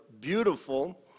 beautiful